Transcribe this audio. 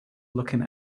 looking